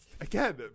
again